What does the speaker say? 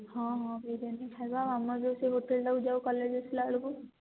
ହଁ ହଁ ବିରିୟାନୀ ଖାଇବା ଆଉ ଆମେ ଯେଉଁ ସେଇ ହୋଟେଲ୍ଟାକୁ ଯାଉ କଲେଜ୍ ଆସିଲା ବେଳକୁ